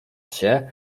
się